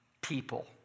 people